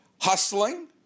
Hustling